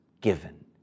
given